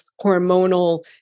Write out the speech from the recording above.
hormonal